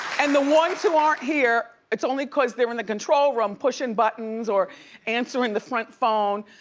and the ones who aren't here, it's only cause they're in the control room pushing buttons or answering the front phone,